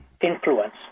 influence